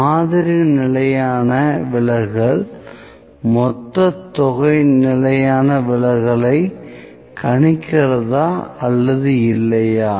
மாதிரி நிலையான விலகல் மொத்த தொகை நிலையான விலகலைக் கணிக்கிறதா அல்லது இல்லையா